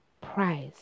Price